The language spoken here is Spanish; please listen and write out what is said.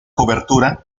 cobertura